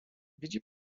widzi